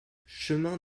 chemin